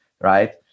right